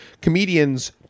comedians